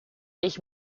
ich